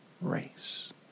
race